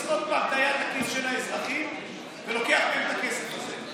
עוד פעם את היד לכיס של האזרחים ולוקח מהם את הכסף הזה.